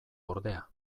ordea